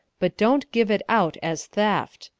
but don't give it out as theft.